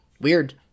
weird